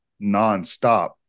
nonstop